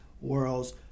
world's